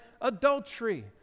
adultery